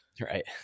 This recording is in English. Right